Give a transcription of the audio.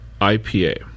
IPA